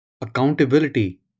Accountability